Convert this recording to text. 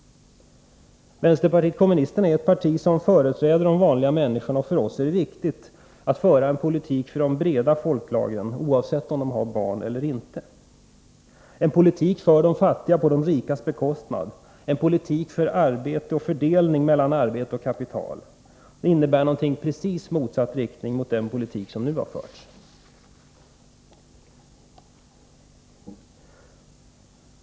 Vänsterpartiet kommunisterna är ett parti som företräder de vanliga människorna. För oss är det viktigt att föra en politik för de breda folklagren, oavsett om de har barn eller inte, en politik för de fattiga på de rikas bekostnad, en politik för arbete och fördelning mellan arbete och kapital. Det är en politik i precis motsatt riktning mot den politik som nu har förts.